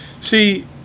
See